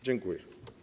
Dziękuję.